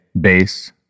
bass